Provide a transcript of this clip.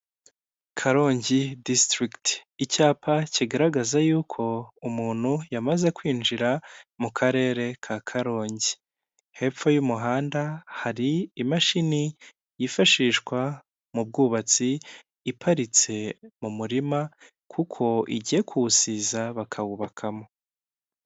Karongi disitirigiti, icyapa kigaragaza yuko umuntu yamaze kwinjira mu karere ka Karongi, hepfo y'umuhanda hari imashini yifashishwa mu bwubatsi iparitse mu murima kuko igiye kuwusiza bakawubakamo.